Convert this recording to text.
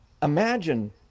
Imagine